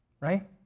right